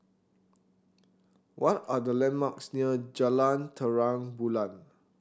what are the landmarks near Jalan Terang Bulan